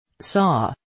saw